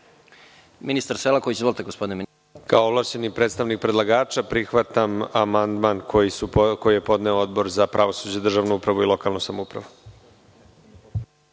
ministar Selaković. Izvolite **Nikola Selaković** Kao ovlašćeni predstavnik predlagača, prihvatam amandman koji je podneo Odbor za pravosuđe, državnu upravu i lokalnu samoupravu.